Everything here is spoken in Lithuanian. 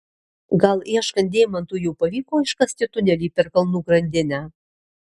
gal ieškant deimantų jau pavyko iškasti tunelį per kalnų grandinę